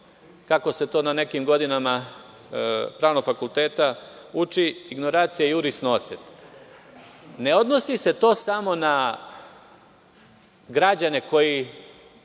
kako se to na nekim godinama pravnog fakulteta uči, ignoracija juris nocet. Ne odnosi se to samo na građane koji